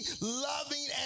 loving